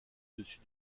dessus